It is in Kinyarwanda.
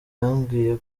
yambwiye